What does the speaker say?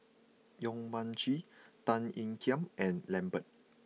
Yong Mun Chee Tan Ean Kiam and Lambert